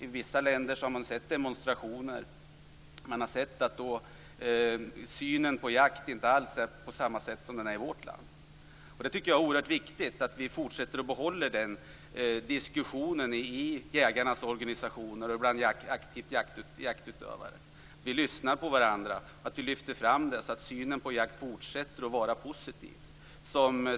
I vissa länder har man sett demonstrationer, och synen på jakt är inte alls densamma som i vårt land. Jag tycker att det är oerhört viktigt att vi fortsätter och behåller diskussionen i jägarnas organisationer och bland aktiva jaktutövare. Vi måste lyssna på varandra och lyfta fram det hela så att synen på jakt fortsätter att vara positiv.